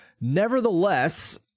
Nevertheless